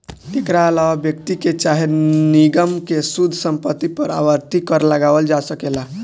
एकरा आलावा व्यक्ति के चाहे निगम के शुद्ध संपत्ति पर आवर्ती कर लगावल जा सकेला